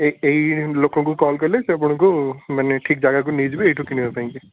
ଏ ଏହି ଲୋକଙ୍କୁ କଲ୍ କଲେ ସେ ଆପଣଙ୍କୁ ମାନେ ଠିକ୍ ଯାଗାକୁ ନେଇଯିବେ ଏଇଠୁ କିଣିବା ପାଇଁ କି